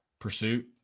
pursuit